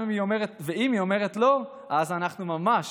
ואם היא אומרת לא אז אנחנו ממש